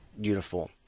uniform